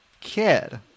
kid